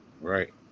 Right